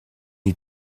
you